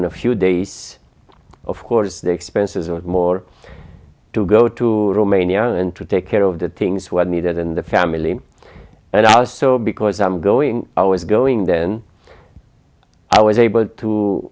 in a few days of course the expenses of more to go to romania and to take care of the things were needed in the family and i was so because i'm going i was going then i was able to